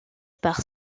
par